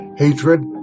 Hatred